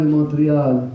Montreal